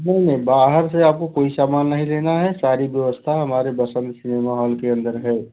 नहीं नहीं बाहर से आपको कोई सामान नहीं लेना है सारी व्यवस्था हमारे बसंत सिनेमा हाॅल के अंदर है